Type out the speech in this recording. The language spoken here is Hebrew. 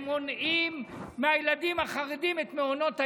מונעים מהילדים החרדים את מעונות היום?